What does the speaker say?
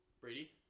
Brady